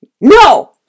No